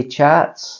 Charts